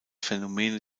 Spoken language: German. phänomene